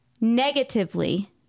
negatively